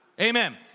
Amen